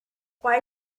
why